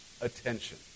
attention